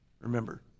Remember